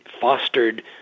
fostered